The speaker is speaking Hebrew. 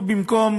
פה,